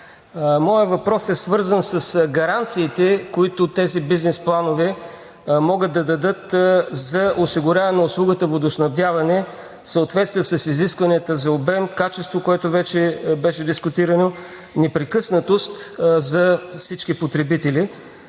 Моят въпрос е свързан с гаранциите, които тези бизнес планове могат да дадат за осигуряване на услугата водоснабдяване в съответствие с изискванията за обем, качество, което вече беше дискутирано, непрекъснатост за всички потребители,